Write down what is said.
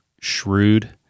shrewd